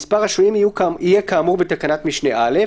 מספר השוהים יהיה כאמור בתקנת משנה (א)"